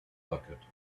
bucket